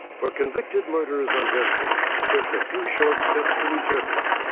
for convicted murderers on death row, it's just a few short steps to eternity.